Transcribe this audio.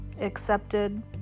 accepted